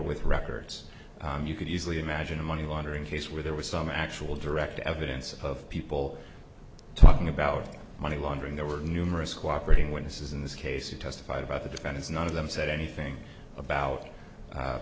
with records you could easily imagine a money laundering case where there was some actual direct evidence of people talking about money laundering there were numerous cooperating witnesses in this case you testified about the defendants not of them said anything about